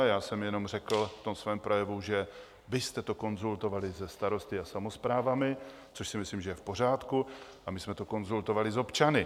Já jsem jenom řekl v tom svém projevu, že jste to konzultovali se starosty a samosprávami, což si myslím, že je v pořádku, a my jsme to konzultovali s občany.